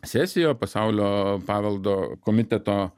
sesijoje pasaulio paveldo komiteto